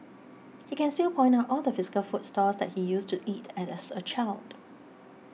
he can still point out all the physical food stalls that he used to eat at as a child